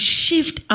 shift